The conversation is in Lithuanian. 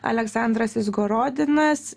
aleksandras izgorodinas